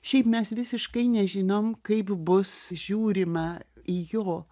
šiaip mes visiškai nežinom kaip bus žiūrima į jo